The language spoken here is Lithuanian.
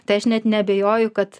tai aš net neabejoju kad